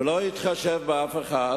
ולא התחשב באף אחד